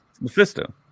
Mephisto